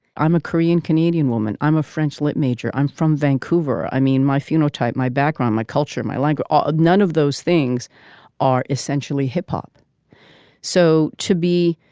i'm a korean canadian woman woman i'm a french lit major i'm from vancouver. i mean my phenotype my background my culture my language are none of those things are essentially hip hop so to be